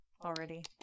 already